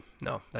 No